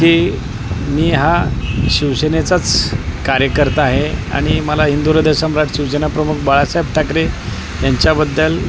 की मी हा शिवसेनेचाच कार्यकर्ता आहे आणि मला हिंदूह्रदयसम्राट शिवसेनाप्रमुख बाळासाहेब ठाकरे यांच्याबद्दल